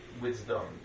Wisdom